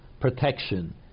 protection